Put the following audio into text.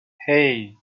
hey